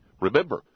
Remember